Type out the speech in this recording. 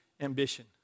ambition